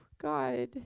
god